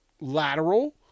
lateral